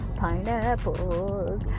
pineapples